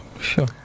Sure